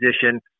position